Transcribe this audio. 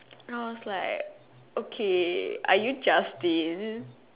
I was like okay are you Justin